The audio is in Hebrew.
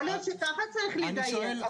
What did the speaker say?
שאפשר לדייק את זה.